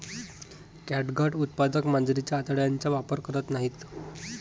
catgut उत्पादक मांजरीच्या आतड्यांचा वापर करत नाहीत